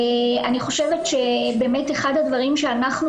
אני חושבת שבאמת אחד הדברים שאנחנו